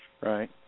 Right